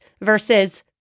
versus